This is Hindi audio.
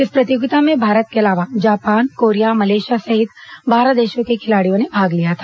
इस प्रतियोगिता में भारत के अलावा जापान कोरिया मलेशिया सहित बारह देशों के खिलाड़ियों ने भाग लिया था